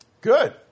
Good